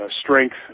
strength